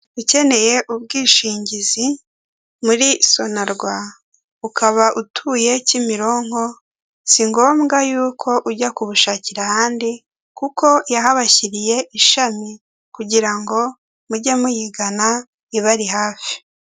Ukeneye ubwishingizi muri Sonarwa ukaba utuye Kimironko si ngombwa y'uko ujya kubushakira ahandi kuko yahabashyiriye ishami kugira ngo mujye muyigana ibari hafi.